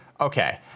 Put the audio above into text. Okay